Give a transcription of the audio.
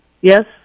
Yes